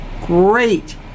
great